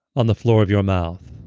on the floor of your mouth.